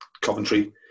Coventry